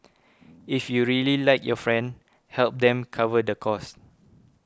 if you really like your friend help them cover the cost